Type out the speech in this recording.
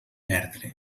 perdre